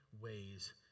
ways